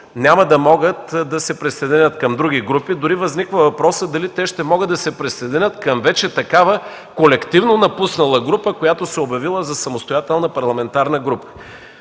няма да могат да се присъединят към други групи. Дори възниква въпросът: дали те ще могат да се присъединят към вече такава колективно напуснала група, която се е обявила за самостоятелна парламентарна група?